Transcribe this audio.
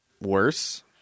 worse